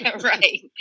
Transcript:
Right